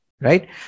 right